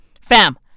Fam